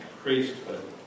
priesthood